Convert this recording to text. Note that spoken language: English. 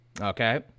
Okay